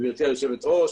גברתי היושבת-ראש,